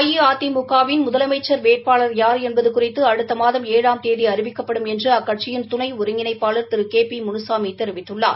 அஇஅதிமுக வின் முதலமைச்ச் வேட்பாளர் யார் என்பது குறித்து அடுத்த மாதம் ஏழாம் தேதி அறிவிக்கப்படும் என்று அக்கட்சியின் துணை ஒருங்கிணைப்பாளர் திரு கே பி முனுசாமி தெரிவித்துள்ளார்